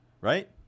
right